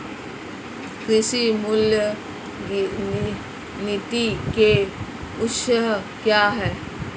कृषि मूल्य नीति के उद्देश्य क्या है?